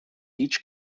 each